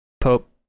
pope